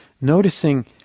noticing